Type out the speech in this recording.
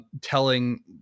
telling